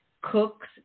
cooks